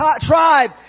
tribe